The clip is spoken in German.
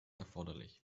erforderlich